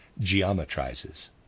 geometrizes